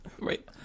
Right